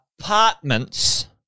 apartments